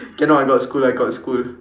cannot I got school I got school